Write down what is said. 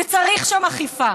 וצריך שם אכיפה.